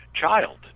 child